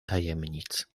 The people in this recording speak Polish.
tajemnic